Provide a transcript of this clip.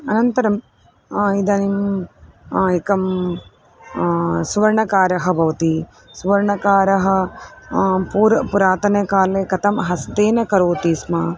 अनन्तरम् इदानीम् एकः सुवर्णकारः भवति सुवर्णकारः पूर् पुरातनकाले कथं हस्तेन करोति स्म